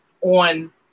on